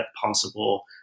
possible